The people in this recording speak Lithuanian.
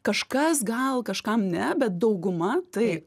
kažkas gal kažkam ne bet dauguma taip